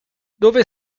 dove